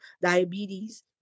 diabetes